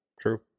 True